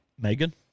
Megan